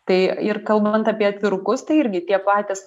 tai ir kalbant apie atvirukus tai irgi tie patys